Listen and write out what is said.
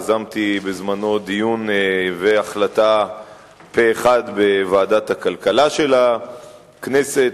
יזמתי בזמנו דיון והחלטה פה אחד בוועדת הכלכלה של הכנסת,